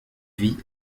vie